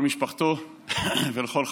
בנושא: סגירת הוסטלים לנערות ולנערים בסיכון.